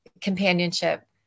companionship